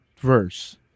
verse